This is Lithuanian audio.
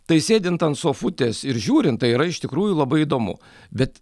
tai sėdint ant sofutės ir žiūrint tai yra iš tikrųjų labai įdomu bet